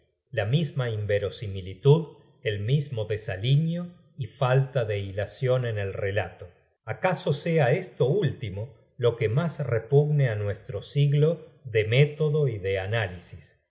la misma inverosimilitud el mismo desaliño y falta de ilacion en el relato acaso sea esto último lo que mas repugne á nuestro siglo de método y de análisis